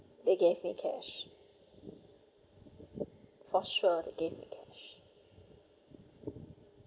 they gave me cash for sure to they gave me cash